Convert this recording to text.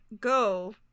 go